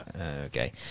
okay